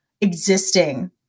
existing